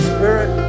Spirit